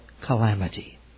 calamity